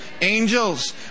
Angels